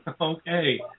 Okay